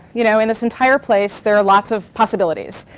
you know in this entire place, there are lots of possibilities.